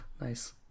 Nice